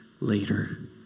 later